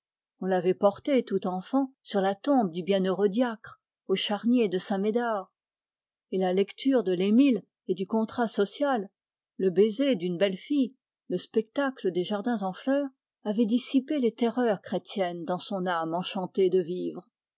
on l'avait porté tout enfant sur la tombe du bienheureux diacre au charnier de saint-médard et la lecture de l'émile et du contrat social le baiser d'une belle fille le spectacle des jardins en fleur avaient dissipé les terreurs chrétiennes dans son âme enchantée de vivre